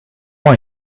are